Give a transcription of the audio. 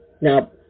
Now